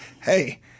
hey—